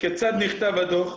וכיצד נכתב הדוח.